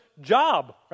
job